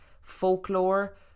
folklore